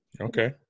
Okay